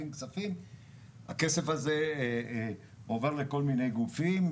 הכסף הזה עובר לכל מיני גופים.